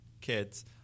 kids